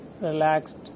relaxed